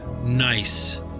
nice